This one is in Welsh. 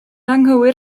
anghywir